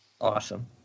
Awesome